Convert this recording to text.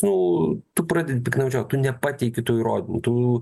nu tu pradedi piktnaudžiaut tu nepateiki tų įrodymų tu